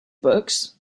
books